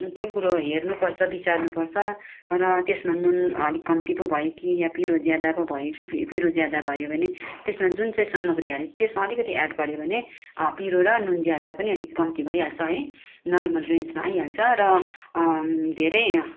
त्यो कुरो हेर्नु पर्छ बिचार्नु पर्छ र त्यसमा नुन अलिक कम्ती पो भयो कि या पिरो ज्यादा पो भयो कि पिरो ज्यादा भयो भने त्यसमा जुन चाहिँ साम्रागी हाले त्यसमा अलिकति एड गऱ्यो भने पिरो र नुन ज्यादा पनि अलिक कम्ती भइहाल्छ है नर्मल रेन्जमा आइहाल्छ र धेरै